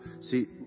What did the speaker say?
See